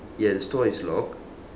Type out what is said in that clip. ya the stall is locked